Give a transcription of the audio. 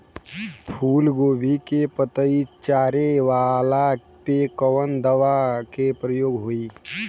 फूलगोभी के पतई चारे वाला पे कवन दवा के प्रयोग होई?